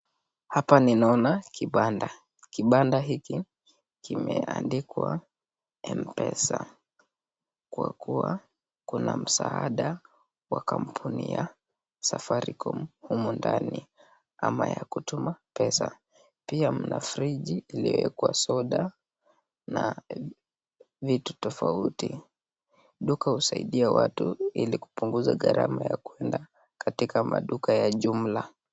Hapa ninaona kibanda. Kibanda hiki kimeandikwa MPESA, kwa kuwa kuna msaada wa kampuni ya Safaricom humu ndani, ama ya kutuma pesa. Pia mna friji iliyowekwa soda na vitu tofauti. Duka husaidia watu ili kupunguza gharama ya kwenda katika maduka ya jumla.